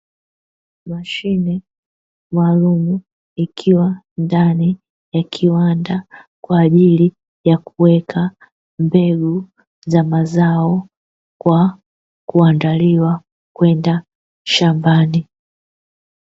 Mashine maalumu ikiwa ndani ya kiwanda kwa ajili ya kuweka mbegu za mazao kwa kuandaliwa kwenda shambani.